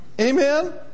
Amen